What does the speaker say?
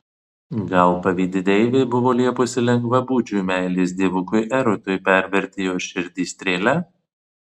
gal pavydi deivė buvo liepusi lengvabūdžiui meilės dievukui erotui perverti jos širdį strėle